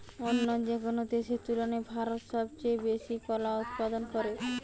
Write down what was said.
অন্য যেকোনো দেশের তুলনায় ভারত সবচেয়ে বেশি কলা উৎপাদন করে